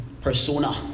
persona